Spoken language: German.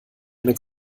eine